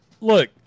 Look